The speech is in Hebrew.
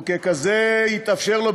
וככזה יתאפשר לו,